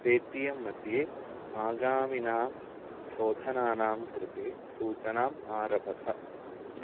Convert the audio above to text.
Paytm मध्ये आगामिनां शोधनानां कृते सूचनाम् आरबथ